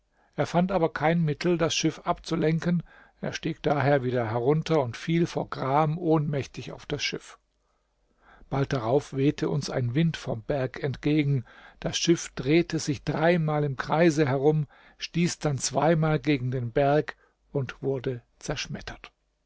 er fand aber kein mittel das schiff abzulenken er stieg daher wieder herunter und fiel vor gram ohnmächtig auf das schiff bald darauf wehte uns ein wind vom berg entgegen das schiff drehte sich dreimal im kreise herum stieß dann zweimal gegen den berg und wurde zerschmettert